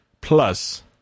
Plus